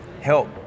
help